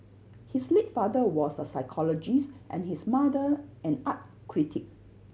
his late father was a psychologist and his mother an art critic